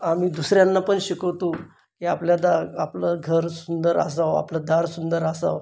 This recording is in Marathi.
आम्ही दुसऱ्यांना पण शिकवतो की आपल्या दार आपलं घर सुंदर असावं आपलं दार सुंदर असावं